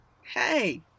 Hey